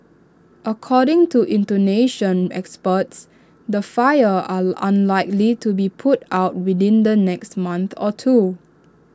according to Indonesian experts the fires are unlikely to be put out within the next month or two